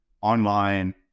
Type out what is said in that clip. online